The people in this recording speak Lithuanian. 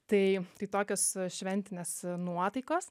tai tai tokios šventinės nuotaikos